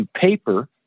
paper